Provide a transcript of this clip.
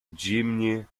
джимми